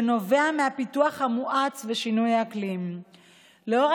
שנובע מהפיתוח המואץ ושינויי האקלים ולנוכח